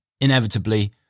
inevitably